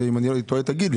אם אני טועה תגידי.